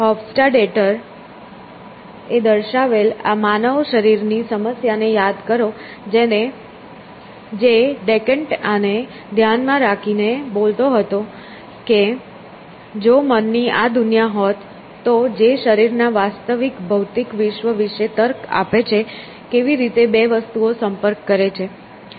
Hofstadter એ દર્શાવેલ આ મન શરીરની સમસ્યાને યાદ કરો જે ડેકન્ટ આને ધ્યાનમાં રાખીને બોલતો હતો કે જો મનની આ દુનિયા હોય તો જે શરીરના વાસ્તવિક ભૌતિક વિશ્વ વિશે તર્ક આપે છે કેવી રીતે બે વસ્તુઓ સંપર્ક કરે છે